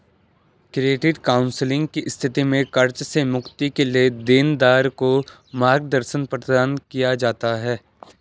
credit counselling की स्थिति में कर्ज से मुक्ति के लिए देनदार को मार्गदर्शन प्रदान किया जाता है